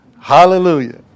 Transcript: Hallelujah